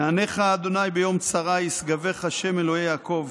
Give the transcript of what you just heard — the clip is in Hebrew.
יענך ה' ביום צרה ישגבך שם אלהי יעקב.